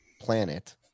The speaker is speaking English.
planet